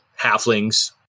halflings